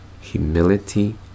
humility